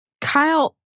Kyle